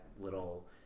little